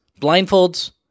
Blindfolds